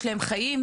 יש להם חיים,